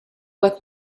with